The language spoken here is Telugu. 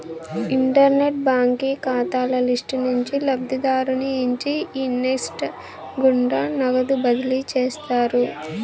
ఇంటర్నెట్ బాంకీ కాతాల లిస్టు నుంచి లబ్ధిదారుని ఎంచి ఈ నెస్ట్ గుండా నగదు బదిలీ చేస్తారు